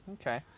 Okay